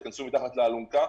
ייכנסו מתחת לאלונקה.